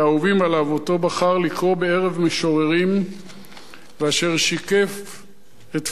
שאותו בחר לקרוא בערב משוררים ואשר שיקף את תפיסת עולמו.